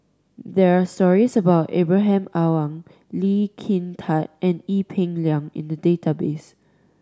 there are stories about Ibrahim Awang Lee Kin Tat and Ee Peng Liang in the database